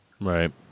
Right